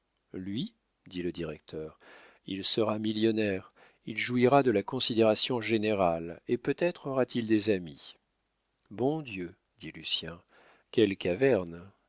lui dit le directeur il sera millionnaire il jouira de la considération générale et peut-être aura-t-il des amis bon dieu dit lucien quelle caverne